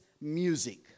music